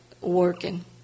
working